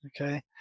Okay